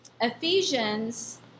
Ephesians